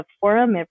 forum